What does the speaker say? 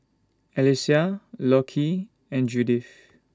Alysia Lockie and Judith